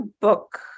book